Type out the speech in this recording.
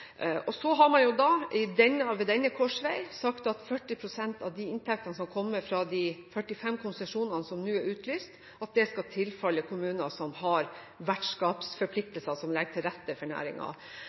Så har man ved denne korsvei sagt at 40 pst. av de inntektene som kommer fra de 45 konsesjonene som nå er utlyst, skal tilfalle kommuner som har